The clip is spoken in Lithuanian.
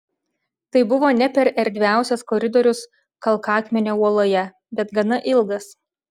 tai buvo ne per erdviausias koridorius kalkakmenio uoloje bet gana ilgas